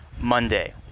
Monday